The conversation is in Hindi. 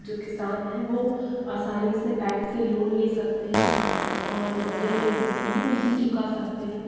जो किसान है वो आसानी से बैंक से लोन ले सकते हैं और ऋण ले सकते हैं और उसे चुका सकते हैं